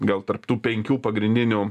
gal tarp tų penkių pagrindinių